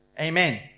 amen